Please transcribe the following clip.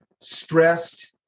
stressed